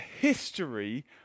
history